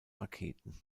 raketen